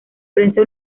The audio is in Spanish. prensa